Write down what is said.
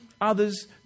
others